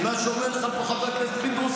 כיוון שאומר חבר הכנסת פינדרוס,